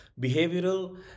behavioral